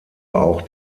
auch